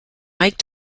mike